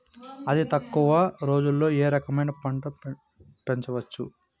అతి తక్కువ రోజుల్లో ఏ రకమైన పంట పెంచవచ్చు?